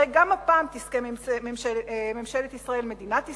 הרי גם הפעם תזכה ממשלת ישראל, מדינת ישראל,